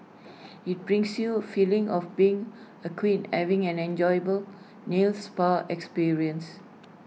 IT brings you feeling of being A queen having an enjoyable nail spa experience